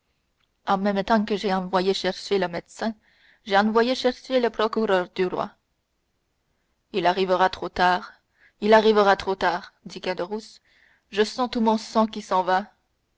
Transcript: en même temps que j'ai envoyé chercher le médecin j'ai envoyé chercher le procureur du roi il arrivera trop tard il arrivera trop tard dit caderousse je sens tout mon sang qui s'en va